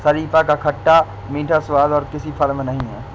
शरीफा का खट्टा मीठा स्वाद और किसी फल में नही है